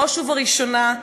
בראש ובראשונה,